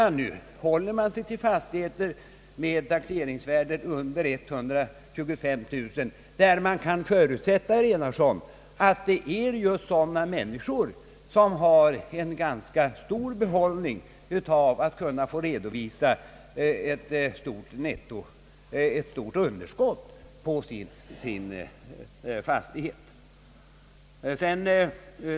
Nu håller man sig till fastigheter under 123 000 kronor där man kan förutsätta ait de ägs av just sådana människor som har behållning av att kunna få redovisa ett stort underskott på sina fastigheter.